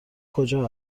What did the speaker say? کجا